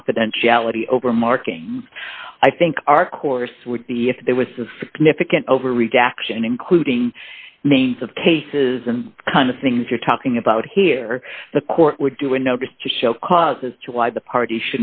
confidentiality over marking i think our course would be if there was a significant overreaction including names of cases and kind of things you're talking about here the court would do a notice to show cause as to why the party